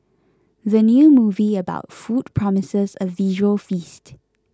the new movie about food promises a visual feast